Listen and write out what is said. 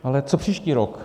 Ale co příští rok?